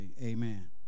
amen